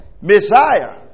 Messiah